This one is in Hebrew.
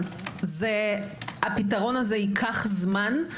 הפתרון הזה ייקח זמן.